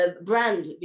brand